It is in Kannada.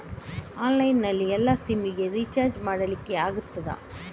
ಆನ್ಲೈನ್ ನಲ್ಲಿ ಎಲ್ಲಾ ಸಿಮ್ ಗೆ ರಿಚಾರ್ಜ್ ಮಾಡಲಿಕ್ಕೆ ಆಗ್ತದಾ?